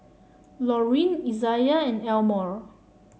Laurene Izayah and Elmore